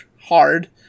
hard